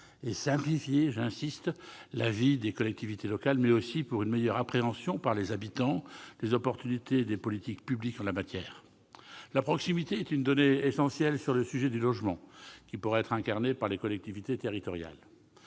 et simplifier la vie des collectivités locales, mais aussi pour assurer une meilleure appréhension par les habitants des possibilités offertes par les politiques publiques en la matière. La proximité est une donnée essentielle en matière de logement. Elle pourra être incarnée par les collectivités territoriales.